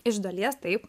iš dalies taip